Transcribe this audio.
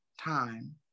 time